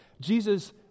Jesus